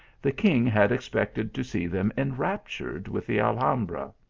the king had expected to see them enraptured with the al hambra.